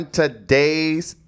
today's